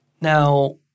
Now